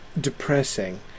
depressing